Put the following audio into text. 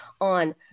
on